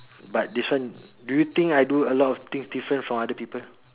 but this one do you think I do a lot of things different from other people